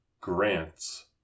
grants